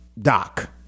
Doc